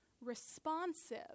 responsive